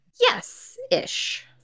Yes-ish